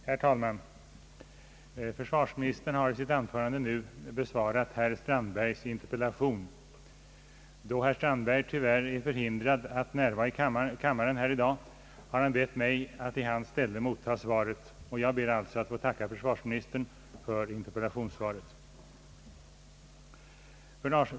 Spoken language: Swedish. Herr talman! Försvarsministern har i sitt anförande besvarat herr Strandbergs interpellation. Då herr Strandberg tyvärr är förhindrad att närvara i kammaren i dag har han bett mig att i hans ställe motta svaret. Jag ber alltså att få tacka herr försvarsministern för interpellationssvaret.